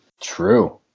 True